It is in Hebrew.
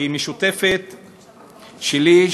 משותפת לי,